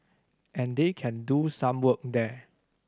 and they can do some work there